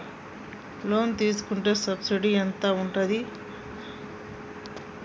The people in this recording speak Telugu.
లోన్ తీసుకుంటే సబ్సిడీ ఎంత ఉంటది?